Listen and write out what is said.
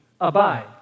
abide